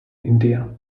india